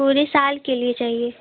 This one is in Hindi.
पूरे साल के लिए चाहिए